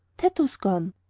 tato's gone.